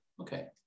okay